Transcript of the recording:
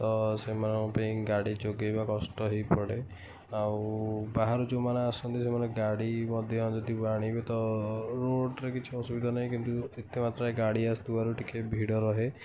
ତ ସେମାନଙ୍କ ପାଇଁ ଗାଡ଼ି ଯୋଗାଇବା କଷ୍ଟ ହେଇପଡ଼େ ଆଉ ବାହାରୁ ଯେଉଁମାନେ ଆସନ୍ତି ସେମାନେ ଗାଡ଼ି ମଧ୍ୟ ଯେତିକି ଆଣିବେ ତ ରୋଡ଼ରେ କିଛି ଅସୁବିଧା ନାହିଁ କିନ୍ତୁ ଏତେ ମାତ୍ରାରେ ଗାଡ଼ି ଆସୁଥିବାରୁ ଟିକେ ଭିଡ଼ ରହେ